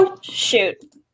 shoot